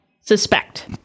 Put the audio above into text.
suspect